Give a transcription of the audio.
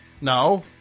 No